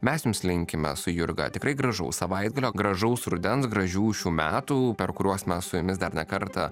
mes jums linkime su jurga tikrai gražaus savaitgalio gražaus rudens gražių šių metų per kuriuos mes su jumis dar ne kartą